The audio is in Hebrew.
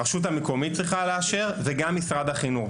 הרשות המקומית צריכה לאשר וגם משרד החינוך.